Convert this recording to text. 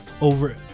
over